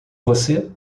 você